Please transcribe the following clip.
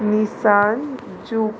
Nissan juke